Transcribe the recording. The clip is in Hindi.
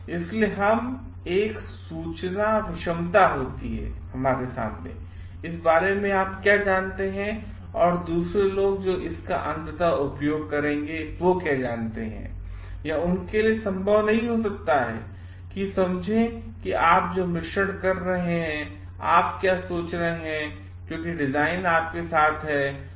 इसलिए हमेशा एक सूचना विषमता होती है इस बारे में कि आप क्या जानते हैं और दूसरे लोग जो अंततः इसका उपयोग करेंगे वे क्या जानते हैं यह उनके लिए संभव नहीं हो सकता है कि यह समझें कि आप जो मिश्रण कर रहे हैं आप क्या सोच रहे हैं क्योंकि डिजाइन आपके साथ है